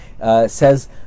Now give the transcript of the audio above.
says